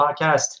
podcast